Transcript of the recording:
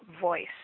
voice